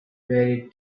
very